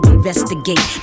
investigate